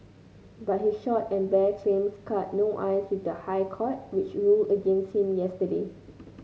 but his short and bare claims cut no ice with the High Court which ruled against him yesterday